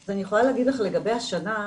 אז אני יכולה להגיד לך לגבי השנה,